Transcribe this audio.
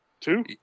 two